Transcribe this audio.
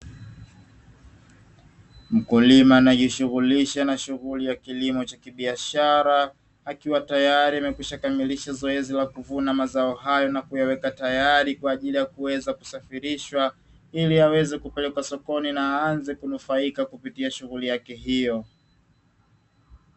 Mkulima anajishughulisha na shughuli ya kilimo cha kibiashara akiwa tayari amekwisha kamilisha zoezi la kuvuna mazao hayo na kuyaweka tayari kwa ajili ya kuweza kusafirishwa, ili aweze kupelekwa sokoni na aanze kunufaika kupitia shughuli yake hiyo.